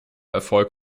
erfolg